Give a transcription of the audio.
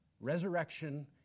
Resurrection